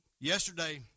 Yesterday